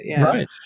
Right